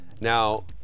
Now